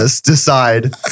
decide